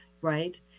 right